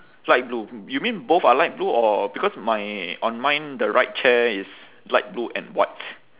light blue you mean both are light blue or because my on mine the right chair is light blue and white